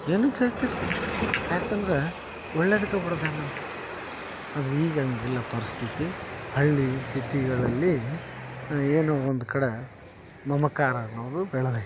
ಏನು ಕೇಳ್ತಿರಲಿಲ್ಲ ಯಾಕಂದ್ರೆ ಒಳ್ಳೆದಕ್ಕ ಬಡಿದಾನಂತ ಆದರೆ ಈಗ ಹಾಗಿಲ್ಲ ಪರಿಸ್ಥಿತಿ ಹಳ್ಳಿ ಸಿಟಿಗಳಲ್ಲಿ ಏನೊ ಒಂದುಕಡೆ ಮಮಕಾರ ಅನ್ನೋದು ಬೆಳದೈತೆ